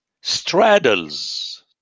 straddles